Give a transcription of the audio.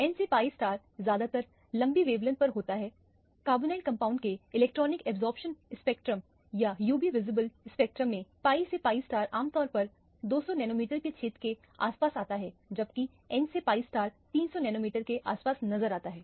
n से pi ज्यादातर लंबी वेवलेंथ पर होता है कार्बोनाइल कंपाउंड् के इलेक्ट्रॉनिक अब्जॉर्प्शन स्पेक्ट्रम या UV विजिबल स्पेक्ट्रम में pi से pi आमतौर पर 200 नैनोमीटर के क्षेत्र के आसपास आता है जबकि n से pi 300 नैनोमीटर के आसपास नजर आता है